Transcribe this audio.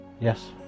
Yes